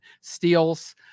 steals